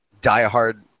diehard